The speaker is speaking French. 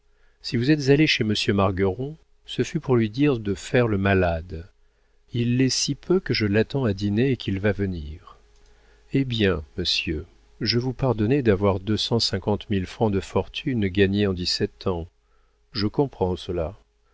si vous êtes allé chez monsieur margueron ce fut pour lui dire de faire le malade il l'est si peu que je l'attends à dîner et qu'il va venir eh bien monsieur je vous pardonnais d'avoir deux cent cinquante mille francs de fortune gagnés en dix-sept ans je comprends cela